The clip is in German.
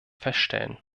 feststellen